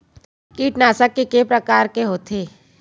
कीटनाशक के प्रकार के होथे?